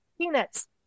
peanuts